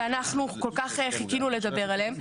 שאנחנו כל כך חיכינו לדבר עליהם.